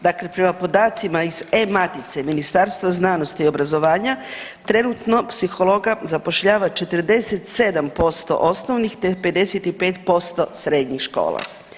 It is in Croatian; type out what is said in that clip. Dakle, prema podacima iz e-matice Ministarstva znanosti i obrazovanja trenutno psihologa zapošljava 47% osnovnih, te 55% srednjih škola.